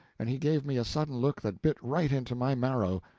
and he gave me a sudden look that bit right into my marrow.